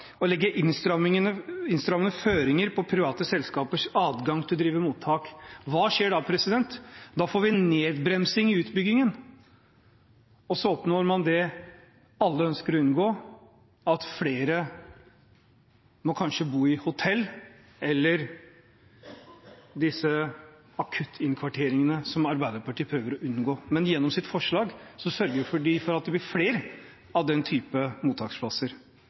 å legge innstrammende føringer for private selskapers adgang til å drive mottak. Hva skjer da? Da får man nedbremsing i utbyggingen, og man oppnår det som alle ønsker å unngå, at flere kanskje må bo på hotell eller akuttinnkvarteringer, som Arbeiderpartiet prøver å unngå. Men gjennom sitt forslag sørger de for at det blir flere av denne typen mottaksplasser.